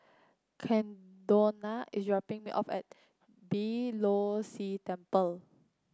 Caldonia is dropping me off at Beeh Low See Temple